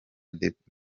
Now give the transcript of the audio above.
debate